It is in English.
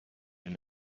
and